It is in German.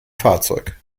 fahrzeug